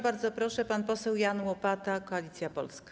Bardzo proszę, pan poseł Jan Łopata, Koalicja Polska.